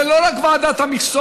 זה לא רק ועדת המכסות,